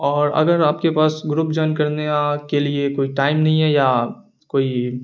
اور اگر آپ کے پاس گروپ جوائن کرنے کے لیے کوئی ٹائم نہیں ہے یا کوئی